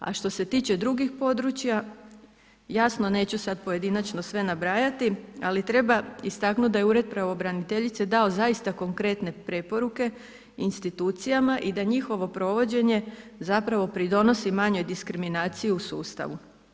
A što se tiče drugih područja, jasno neću sada pojedinačno sve nabrajati, ali treba istaknuti da je Ured pravobraniteljice dao zaista konkretne preporuke institucijama i da njihovo provođenje pridonosi manjoj diskriminaciji u sustavu.